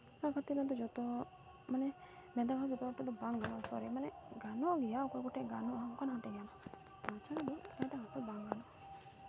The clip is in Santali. ᱚᱱᱟ ᱠᱷᱟᱹᱛᱤᱨ ᱡᱚᱛᱚ ᱢᱟᱱᱮ ᱵᱷᱮᱱᱛᱟ ᱠᱟᱛᱷᱟ ᱡᱚᱛᱚ ᱦᱚᱲ ᱴᱷᱮᱡ ᱫᱚ ᱵᱟᱝ ᱜᱟᱱᱚᱜᱼᱟ ᱥᱟᱹᱨᱤ ᱢᱟᱱᱮ ᱜᱟᱱᱚᱜ ᱜᱮᱭᱟ ᱚᱠᱚᱭ ᱠᱚᱴᱷᱮᱱ ᱜᱟᱱᱚᱜᱼᱟ ᱚᱱᱠᱟᱱ ᱦᱚᱲ ᱵᱟᱝ ᱜᱟᱱᱚᱜᱼᱟ